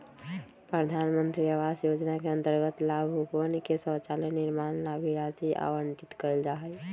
प्रधान मंत्री आवास योजना के अंतर्गत लाभुकवन के शौचालय निर्माण ला भी राशि आवंटित कइल जाहई